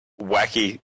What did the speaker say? wacky